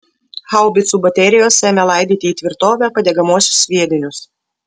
haubicų baterijos ėmė laidyti į tvirtovę padegamuosius sviedinius